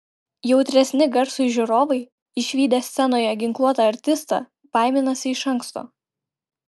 jautresni garsui žiūrovai išvydę scenoje ginkluotą artistą baiminasi iš anksto